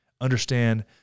Understand